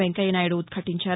వెంకయ్య నాయుడు ఉద్భాటించారు